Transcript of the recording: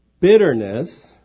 bitterness